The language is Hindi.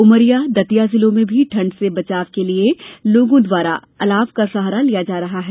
उमरिया दतिया जिलों में भी ठंड से बचाव के लिये लोगों द्वारा अलाव का सहारा लिया जा रहा है